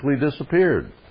disappeared